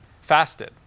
fasted